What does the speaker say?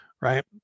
right